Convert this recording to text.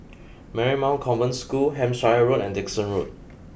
Marymount Convent School Hampshire Road and Dickson Road